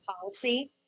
policy